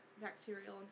bacterial